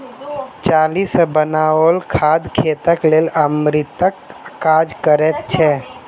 चाली सॅ बनाओल खाद खेतक लेल अमृतक काज करैत छै